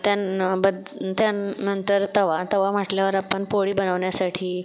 त्यानं बद्ध त्यानंतर तवा तवा म्हटल्यावर आपण पोळी बनवण्यासाठी